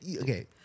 Okay